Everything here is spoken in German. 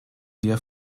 wir